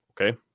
okay